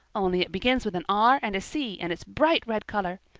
only it begins with an r and a c and it's bright red color.